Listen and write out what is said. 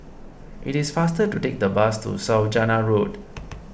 it is faster to take the bus to Saujana Road